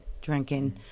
drinking